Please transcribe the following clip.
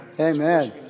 amen